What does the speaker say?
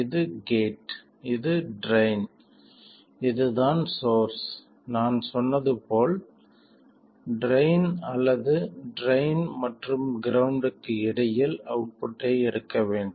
இது கேட் இது ட்ரைன் இது தான் சோர்ஸ் நான் சொன்னது போல் ட்ரைன் அல்லது ட்ரைன் மற்றும் கிரௌண்ட்க்கு இடையில் அவுட்புட்டை எடுக்க வேண்டும்